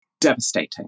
devastating